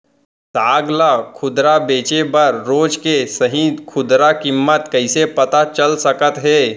साग ला खुदरा बेचे बर रोज के सही खुदरा किम्मत कइसे पता चल सकत हे?